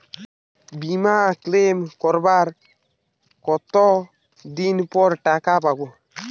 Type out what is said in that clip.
বিমা ক্লেম করার কতদিন পর টাকা পাব?